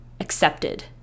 accepted